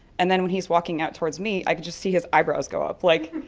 and then when he was walking out towards me i could just see his eyebrows go up, like,